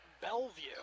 Bellevue